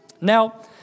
Now